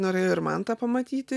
norėjo ir mantą pamatyti